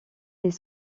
est